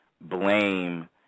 blame